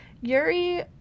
Yuri